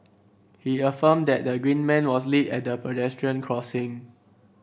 he affirmed that the green man was lit at the pedestrian crossing